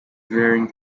varying